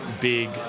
big